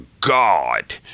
God